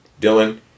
Dylan